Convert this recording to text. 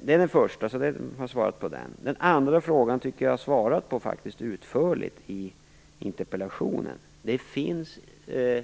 Den andra frågan tycker jag att jag utförligt besvarade i interpellationssvaret.